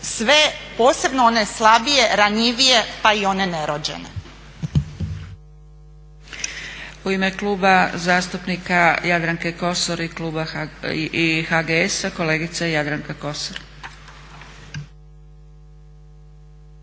sve, posebno one slabije, ranjivije, pa i one nerođene. **Zgrebec, Dragica (SDP)** U ime Kluba zastupnika Jadranke Kosor i HGS-a kolegica Jadranka Kosor.